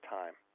time